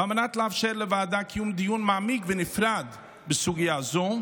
ועל מנת לאפשר לוועדה לקיים דיון מעמיק ונפרד בסוגיה זו,